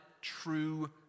true